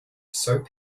soap